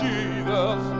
Jesus